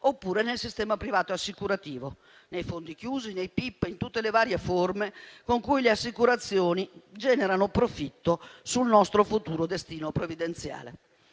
oppure con il sistema privato assicurativo, con i fondi chiusi, con i PIP, in tutte le varie forme con cui le assicurazioni generano profitto sul nostro futuro destino previdenziale.